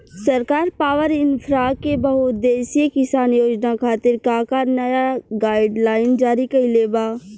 सरकार पॉवरइन्फ्रा के बहुउद्देश्यीय किसान योजना खातिर का का नया गाइडलाइन जारी कइले बा?